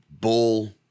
Bull